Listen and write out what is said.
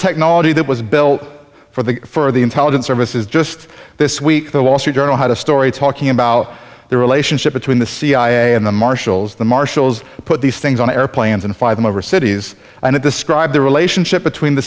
technology that was built for the for the intelligence services just this week the wall street journal had a story talking about the relationship between the cia and the marshals the marshals put these things on airplanes and fly them over cities and it described the relationship between the